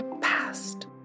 Past